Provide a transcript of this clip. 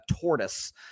tortoise